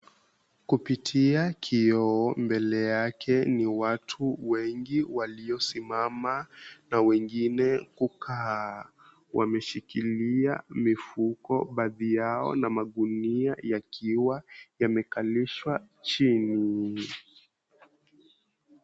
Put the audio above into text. Kupitia kioo, mbele yake ni watu wengi waliosimama na wengine kukaa. Wameshikilia mifuko baadhi yao na magunia yakiwa yamekalishwa chini.